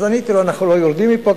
אז עניתי לו: אנחנו לא יורדים מפה,